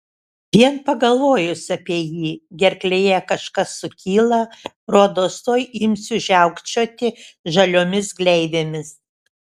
vien pagalvojus apie jį gerklėje kažkas sukyla rodos tuoj imsiu žiaukčioti žaliomis gleivėmis